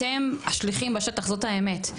אתם השליחים בשטח, זו האמת.